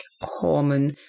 hormone